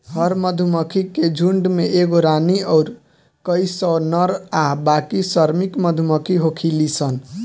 हर मधुमक्खी के झुण्ड में एगो रानी अउर कई सौ नर आ बाकी श्रमिक मधुमक्खी होखेली सन